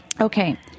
Okay